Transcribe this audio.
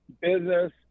business